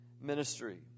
ministry